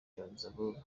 johannesburg